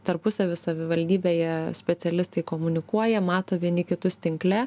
tarpusavy savivaldybėje specialistai komunikuoja mato vieni kitus tinkle